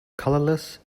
colorless